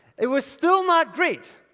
it was still not great.